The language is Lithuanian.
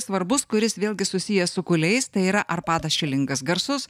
svarbus kuris vėlgi susijęs su kūliais tai yra arpadas šilingas garsus